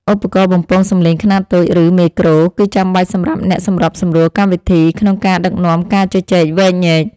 ឧបករណ៍បំពងសំឡេងខ្នាតតូច ឬ មេក្រូ គឺចាំបាច់សម្រាប់អ្នកសម្របសម្រួលកម្មវិធី ក្នុងការដឹកនាំការជជែកវែកញែក។